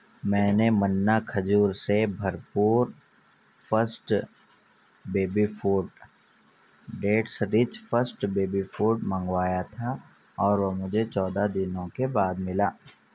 میں نے منا کھجور سے بھرپور first baby food dates rich first baby food منگوایا تھا اور وہ مجھے چودہ دنوں کے بعد ملا